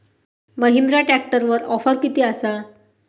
महिंद्रा ट्रॅकटरवर ऑफर किती आसा?